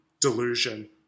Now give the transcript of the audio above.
delusion